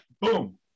boom